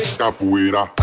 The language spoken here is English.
capoeira